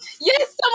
yes